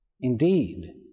Indeed